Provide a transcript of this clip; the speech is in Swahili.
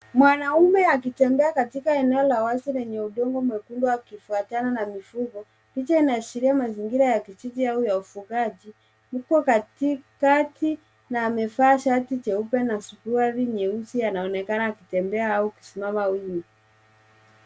Mwanamume akitembea katika eneo la wazi lenye udongo mwekundu, akifuatana na mifugo. Licha inaashiria mazingira ya kijiji au ya ufugaji. Yupo katikati na amevaa shati jeupe na suruali nyeusi, anaonekana akitembea au kusimama wima.